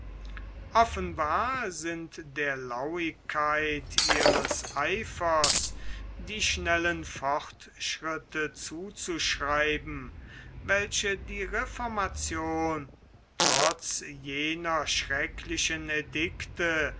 offenbar sind der lauigkeit ihres eifers die schnellen fortschritte zuzuschreiben welche die reformation trotz jener schrecklichen